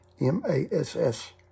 M-A-S-S